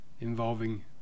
involving